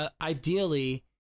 ideally